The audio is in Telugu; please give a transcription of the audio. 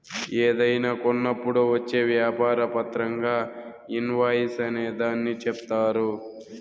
ఏదైనా కొన్నప్పుడు వచ్చే వ్యాపార పత్రంగా ఇన్ వాయిస్ అనే దాన్ని చెప్తారు